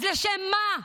אז לשם מה?